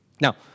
Now